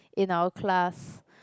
in our class